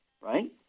right